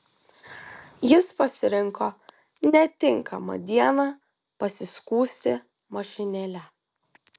jis pasirinko netinkamą dieną pasiskųsti mašinėle